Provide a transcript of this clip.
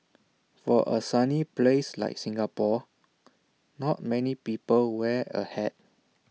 for A sunny place like Singapore not many people wear A hat